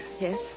Yes